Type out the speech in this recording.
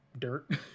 dirt